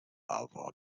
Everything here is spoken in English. abbot